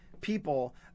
people